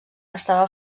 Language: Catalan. estava